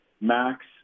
Max